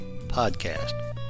podcast